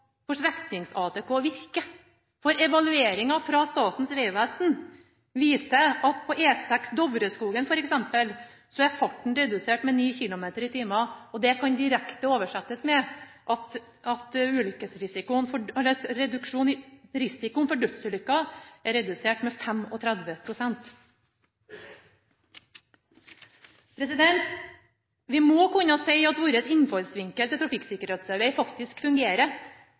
for streknings-ATK virker. Evalueringa fra Statens vegvesen viser at på E6, Dovreskogen f.eks., er farten redusert med 9 km i timen, og det kan direkte oversettes med at risikoen for dødsulykker er redusert med 35 pst. Vi må kunne si at vår innfallsvinkel til trafikksikkerhetsarbeid faktisk fungerer.